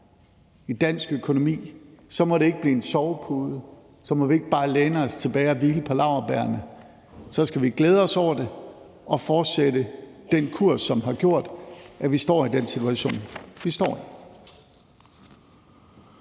i dansk økonomi, må det ikke blive en sovepude; så må vi ikke bare læne os tilbage og hvile på laurbærrene; så skal vi fortsætte den kurs, som har gjort, at vi står i den situation, som vi står i.